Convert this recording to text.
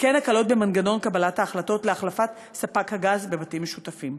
וכן הקלות במנגנון קבלת ההחלטות להחלפת ספק הגז בבתים משותפים.